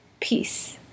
peace